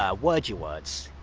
ah word your words.